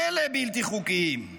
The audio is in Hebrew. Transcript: אלה בלתי חוקיים.